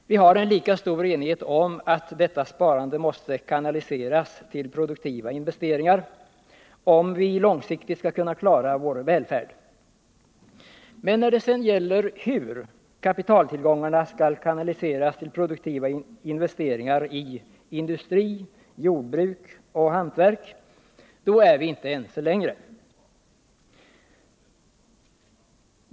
Herr talman! Den svenska kapitalmarknadens struktur och utveckling har självfallet ett avgörande inflytande över vårt samhälles utveckling. Det torde vara få frågor som behandlas här i kammaren som så genomgripande påverkar förhållandena för samhället liksom för enskilda individer som just denna fråga. Det råder en bred enighet om att sparandet i samhället måste öka. Det råder en lika stor enighet om att detta sparande måste kanaliseras till produktiva investeringar, om vi långsiktigt skall kunna klara vår välfärd. Men när det sedan gäller hur kapitaltillgångarna skall kanaliseras till produktiva insatser i industrin, jordbruket och hantverket, då är vi inte ense längre.